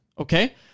okay